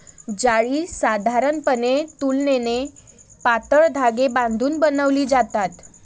जाळी साधारणपणे तुलनेने पातळ धागे बांधून बनवली जातात